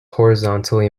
horizontally